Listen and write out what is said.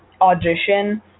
audition